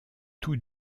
tous